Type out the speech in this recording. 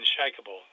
unshakable